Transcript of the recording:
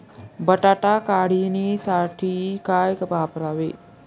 बटाटा काढणीसाठी काय वापरावे?